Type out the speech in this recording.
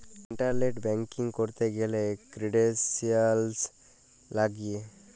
internet banking ক্যরতে গ্যালে credentials লাগিয়ে